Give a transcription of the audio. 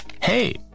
hey